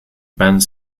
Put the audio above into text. banned